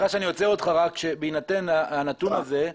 בהינתן הנתון הזה,